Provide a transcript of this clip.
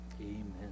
Amen